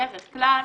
בדרך כלל